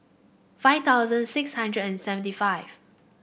five thousand six hundred and seventy five